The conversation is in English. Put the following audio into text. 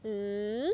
mm